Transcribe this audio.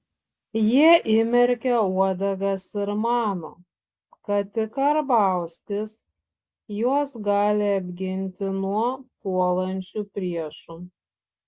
jie įmerkė uodegas ir mano kad tik karbauskis juos gali apginti nuo puolančių priešų